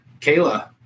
Kayla